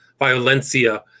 violencia